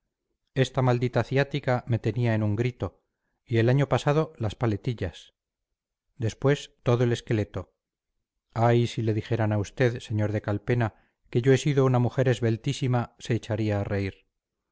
esta maldita ciática me tenía en un grito y el año pasado las paletillas después todo el esqueleto ay si le dijeran a usted sr de calpena que yo he sido una mujer esbeltísima se echaría a reír